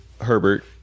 Herbert